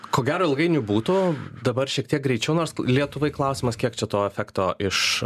ko gero ilgainiui būtų dabar šiek tiek greičiau nors lietuvai klausimas kiek čia to efekto iš